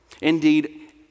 Indeed